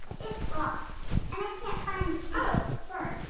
it's locked and i can't find the key. oh fern,